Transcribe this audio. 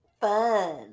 Fun